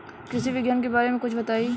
कृषि विज्ञान के बारे में कुछ बताई